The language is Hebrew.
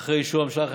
אחרי אישור הממשלה.